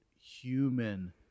human